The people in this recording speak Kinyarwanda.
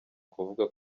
kuvuga